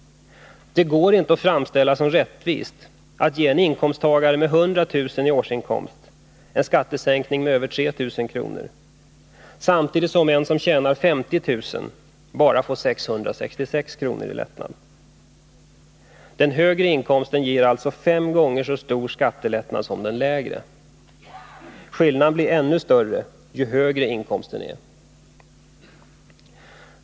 Det går inte att framställa det som rättvist att ge en inkomsttagare med 100 000 kr. i årsinkomst en skattesänkning med över 3 000 kr., samtidigt som en som tjänar 50 000 kr. bara får 666 kr. i skattelättnad. Den högre inkomsten ger alltså fem gånger så stor skattelättnad som den lägre. Skillnaden blir ännu större ju högre inkomsten är.